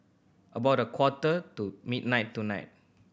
about a quarter to midnight tonight